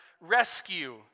rescue